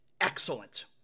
excellent